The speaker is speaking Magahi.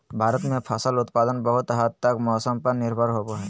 भारत में फसल उत्पादन बहुत हद तक मौसम पर निर्भर होबो हइ